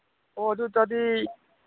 ꯑꯣ ꯑꯗꯨꯏ ꯇꯥꯔꯗꯤ